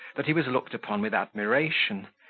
that he was looked upon with admiration,